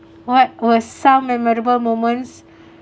what was some memorable moments